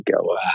go